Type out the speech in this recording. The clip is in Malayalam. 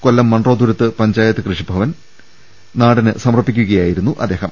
കൊല്ലം മൺട്രോതുരുത്ത് പഞ്ചായത്ത് കൃഷിഭവൻ കെട്ടിടം നാടിന് സമർപ്പിക്കുകയായിരുന്നു അദ്ദേഹം